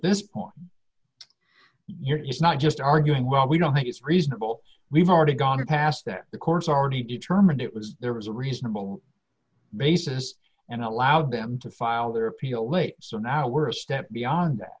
this point you're he's not just arguing well we don't think it's reasonable we've already gone past there the courts already determined it was there was a reasonable basis and allowed them to file their appeal wait so now we're step beyond what